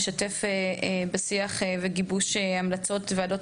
לשתף בשיח ובגיבוש המלצות של ועדות